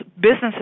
businesses